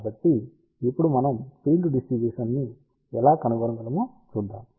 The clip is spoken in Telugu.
కాబట్టి ఇప్పుడు మనం ఫీల్డ్ డిస్ట్రిబ్యూషన్ ని ఎలా కనుగొనగలమో చూద్దాం